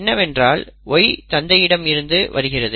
என்னவென்றால் Y தந்தையிடம் இருந்து வருகிறது